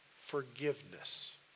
forgiveness